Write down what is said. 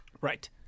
Right